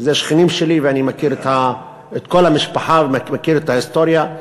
ואלה שכנים שלי ואני מכיר את כל המשפחה ומכיר את ההיסטוריה,